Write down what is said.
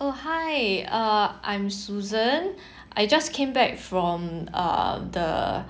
oh hi uh I'm susan I just came back from uh the